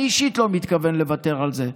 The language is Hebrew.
אני אישית לא מתכוון לוותר על זה.